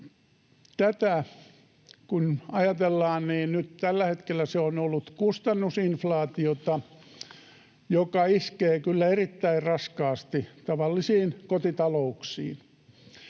Tätä kun ajatellaan, niin nyt tällä hetkellä se on ollut kustannusinflaatiota, joka iskee kyllä erittäin raskaasti tavallisiin kotitalouksiin.